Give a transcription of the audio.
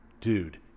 dude